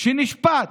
שנשפט